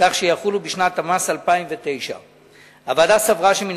כך שיחולו בשנת המס 2009. הוועדה סברה שמן